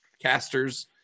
casters